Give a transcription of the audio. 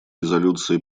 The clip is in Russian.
резолюции